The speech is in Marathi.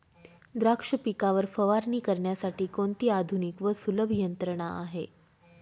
द्राक्ष पिकावर फवारणी करण्यासाठी कोणती आधुनिक व सुलभ यंत्रणा आहे?